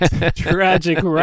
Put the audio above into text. tragic